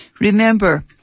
remember